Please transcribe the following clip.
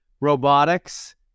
robotics